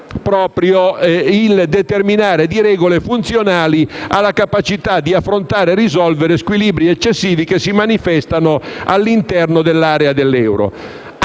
riguarda la determinazione delle regole funzionali alla capacità di affrontare e risolvere squilibri eccessivi che si manifestano all'interno dell'area dell'euro.